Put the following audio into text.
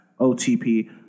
OTP